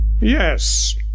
Yes